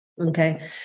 Okay